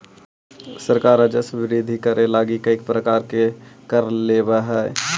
सरकार राजस्व वृद्धि करे लगी कईक प्रकार के कर लेवऽ हई